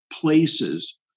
places